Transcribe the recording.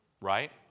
Right